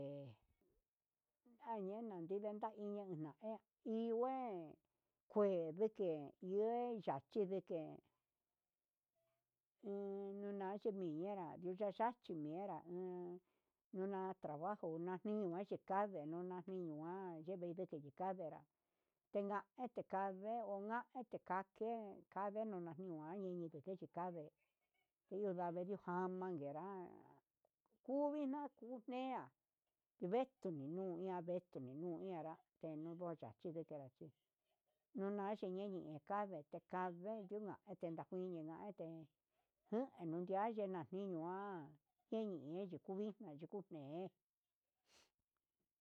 He ñañena vinden tai iña nea iin ngue un kue ndeke uhe yachi ndeke huu nuñachi yimenrá ndio ndadachi ñimenrá he nuna trabajo nuna ninguan kande nuu anvixna yeme neka nika'a kanenra tana este kande o che kanke, kave nunua ndiki ku ken echi kande indio ndudijaman nguerá kuvina kuxnea ivetuni nuña ngue ngestuni ñienrá ingua yayi yachí nunachi yeniñe kave nanunuña he junu nia ha yena'a jinua eni yeni kuvixna yuku ne'e.